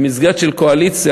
במסגרת של קואליציה,